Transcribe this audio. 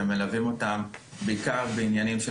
שמלווים את הצעירים בעיקר בנושאים של